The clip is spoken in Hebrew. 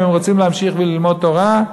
אם הם רוצים להמשיך וללמוד תורה,